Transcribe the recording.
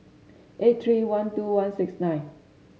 eight three one two one six nine